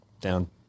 down